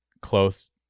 close